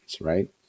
right